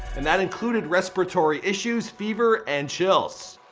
and that included respiratory issues, fever, and chills.